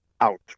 out